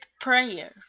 prayer